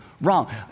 Wrong